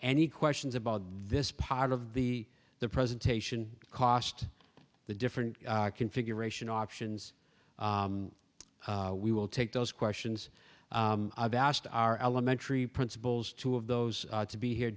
any questions about this part of the the presentation cost the different configuration options we will take those questions i've asked our elementary principals two of those to be here